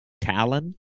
talon